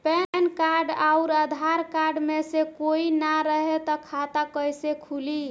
Pan card आउर Aadhaar card मे से कोई ना रहे त खाता कैसे खुली?